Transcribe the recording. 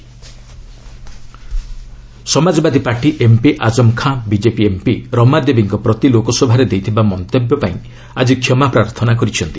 LS Azam Khan ଆପୋଲୋକି Samajwadi party MP Azam Khan BJP MP ରମାଦେବୀଙ୍କ ପ୍ରତି ଲୋକସଭାରେ ଦେଇଥିବା ମନ୍ତବ୍ୟ ପାଇଁ ଆଜି କ୍ଷମା ପ୍ରାର୍ଥନା କରିଛନ୍ତି